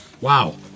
Wow